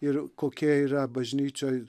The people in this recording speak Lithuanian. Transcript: ir kokie yra bažnyčioj